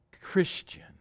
Christian